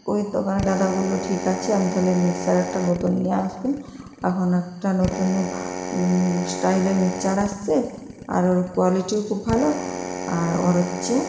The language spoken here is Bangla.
ওই দোকানে দাদা বললো ঠিক আছে আমি তাহলে মিক্সচার একটা নতুন নিয়ে আসবে এখন একটা নতুন স্টাইলের মিক্সার আসছে আর ওর কোয়ালিটিও খুব ভালো আর ওর হচ্ছে